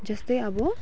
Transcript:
जस्तै अब